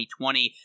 2020